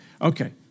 Okay